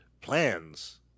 plans